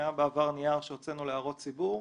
היה בעבר נייר שהוצאנו להערות ציבור.